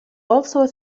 also